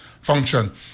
function